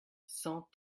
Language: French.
cent